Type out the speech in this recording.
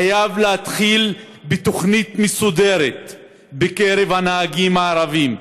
חייב להתחיל בתוכנית מסודרת בקרב הנהגים הערבים,